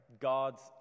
God's